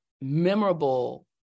memorable